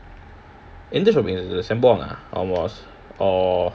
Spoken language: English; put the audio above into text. எந்த:entha shopping centre sembawang ah or